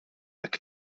nac